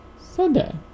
Sunday